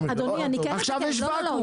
עכשיו יש ואקום.